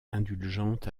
indulgente